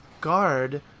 guard